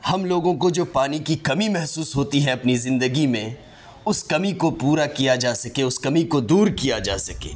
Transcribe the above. ہم لوگوں کو جو پانی کی کمی محسوس ہوتی ہے اپنی زندگی میں اس کمی کو پورا کیا جا سکے اس کمی کو دور کیا جا سکے